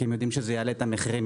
כי הם יודעים שזה יעלה את המחירים,